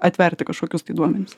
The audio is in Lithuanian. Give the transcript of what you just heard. atverti kažkokius tai duomenis